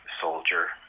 soldier